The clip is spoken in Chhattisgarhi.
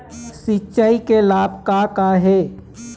सिचाई के लाभ का का हे?